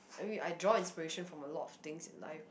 I mean I draw inspiration from a lot of things in life but then